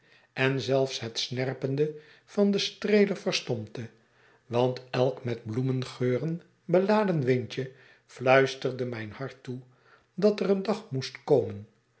en zelfs het snerpende van den streeler verstompte want elk met bloemengeuren beladen windje fluisterde mijn hart toe dat er een dag moest komen